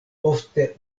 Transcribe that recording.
ofte